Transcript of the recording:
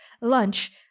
lunch